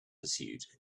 pursuit